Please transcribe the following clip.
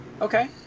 Okay